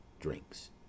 Drinks